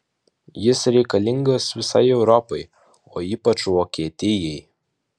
jis reikalingas visai europai o ypač vokietijai